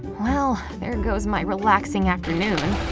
well, there goes my relaxing afternoon!